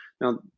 Now